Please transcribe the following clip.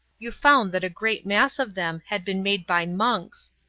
you found that a great mass of them had been made by monks.